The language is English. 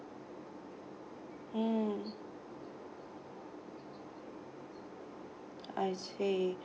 mm I see